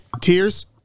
Tears